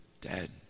dead